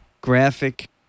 Graphic